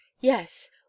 Yes